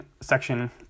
section